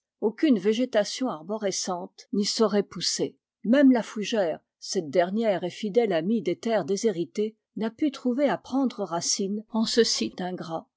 aucune végétation arborescente n'y saurait pousser même la fougère cette dernière et fidèle amie des terres déshéritées n'a pu trouver à prendre racine en ce site ingrat